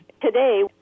Today